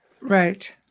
right